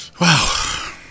Wow